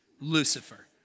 Lucifer